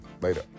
Later